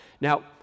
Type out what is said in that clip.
Now